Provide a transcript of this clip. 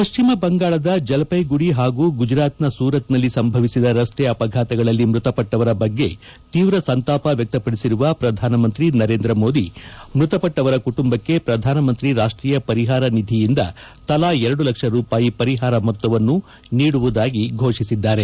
ಪಶ್ಚಿಮ ಬಂಗಾಳದ ಜಲಪ್ಟೆಗುರಿ ಹಾಗೂ ಗುಜರಾತ್ನ ಸೂರತ್ನಲ್ಲಿ ಸಂಭವಿಸಿದ ರಸ್ತೆ ಅಪಘಾತಗಳಲ್ಲಿ ಮೃತಪಟ್ಟವರ ಬಗ್ಗೆ ತೀವ್ರ ಸಂತಾಪ ವ್ಯಕ್ತಪಡಿಸಿರುವ ಪ್ರಧಾನಮಂತ್ರಿ ನರೇಂದ್ರ ಮೋದಿ ಮೃತಪಟ್ಟವರ ಕುಟುಂಬಕ್ಕೆ ಪ್ರಧಾನಮಂತ್ರಿ ರಾಷ್ಟೀಯ ಪರಿಹಾರ ನಿಧಿಯಿಂದ ತಲಾ ಎರೆದು ಲಕ್ಷ ರೂಪಾಯಿ ಪರಿಹಾರ ಮೊತ್ತವನ್ನು ನೀಡುವುದಾಗಿ ಘೋಷಿಸಿದ್ದಾರೆ